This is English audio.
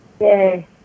Yay